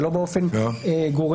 זה לא באופן גורף.